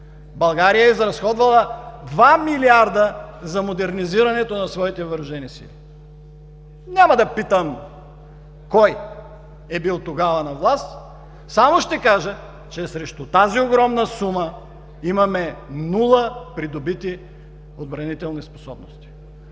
България е изразходвала 2 млрд. лв. за модернизирането на своите въоръжени сили. Няма да питам кой е бил тогава на власт, само ще кажа, че срещу тази огромна сума имаме нула придобити отбранителни способности.